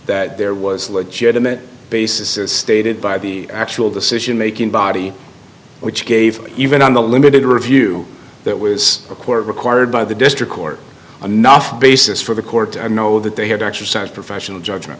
that there was a legitimate basis as stated by the actual decision making body which gave even on the limited review that was required required by the district court enough basis for the court to know that they had exercised professional judgment